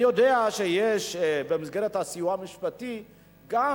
אני יודע שיש במסגרת הסיוע המשפטי גם